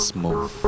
Smooth